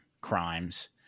crimes